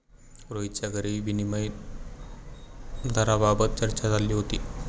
रोहितच्या घरी विनिमय दराबाबत चर्चा चालली होती